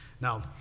Now